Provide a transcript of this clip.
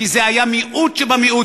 כי זה היה מיעוט שבמיעוט.